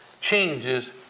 changes